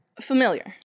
familiar